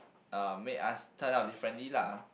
uh make us turn out differently lah